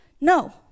No